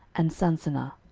and sansannah,